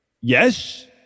Yes